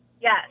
Yes